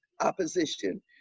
opposition